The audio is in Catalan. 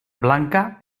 blanca